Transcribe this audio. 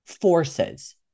forces